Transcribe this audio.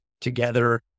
together